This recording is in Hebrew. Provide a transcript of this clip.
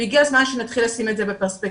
והגיע הזמן שנתחיל לשים את זה בפרספקטיבה.